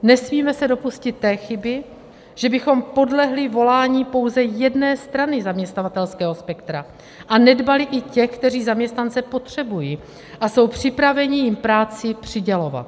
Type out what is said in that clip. Nesmíme se dopustit té chyby, že bychom podlehli volání pouze jedné strany zaměstnavatelského spektra a nedbali i těch, kteří zaměstnance potřebují a jsou připraveni jim práci přidělovat.